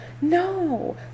no